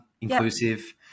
inclusive